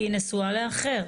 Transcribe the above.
כי היא נשואה לאחר.